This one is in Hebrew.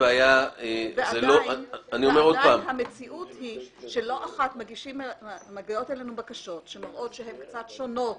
אבל עדיין המציאות היא שלא אחת מגיעות אלינו בקשות קצת שונות.